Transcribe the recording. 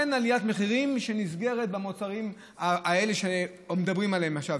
אין עליית מחירים שנסגרת במוצרים האלה שמדברים עליהם עכשיו.